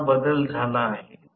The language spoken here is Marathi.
हे समीकरण 29 आहे